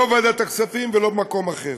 לא בוועדת הכספים ולא במקום אחר.